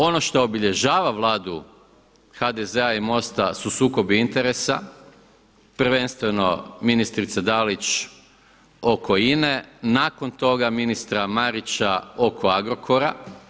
Ono što obilježava Vladu HDZ-a i MOST-a su sukobi interesa, prvenstveno ministrice Dalić oko INA-e, nakon toga ministra Marića oko Agrokora.